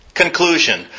Conclusion